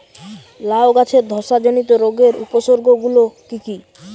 লাউ গাছের ধসা জনিত রোগের উপসর্গ গুলো কি কি?